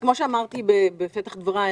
כפי שאמרתי בפתח דבריי,